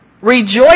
Rejoice